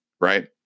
right